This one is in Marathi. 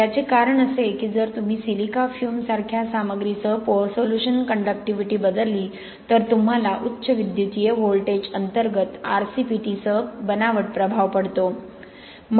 याचे कारण असे की जर तुम्ही सिलिका फ्युम सारख्या सामग्रीसह पोअर सोल्युशन कंडक्टिव्हिटी बदलली तर तुम्हाला उच्च विद्युतीय व्होल्टेज अंतर्गत RCPT सह बनावट प्रभाव पडतो